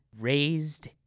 raised